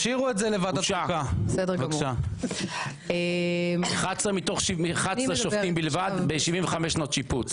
מדובר על 11 שופטים בלבד ב-75 שנות שיפוט.